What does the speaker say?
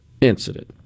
incident